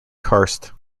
karst